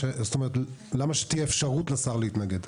למה שתהיה אפשרות לשר להתנגד?